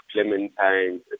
Clementines